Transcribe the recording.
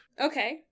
Okay